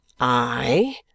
I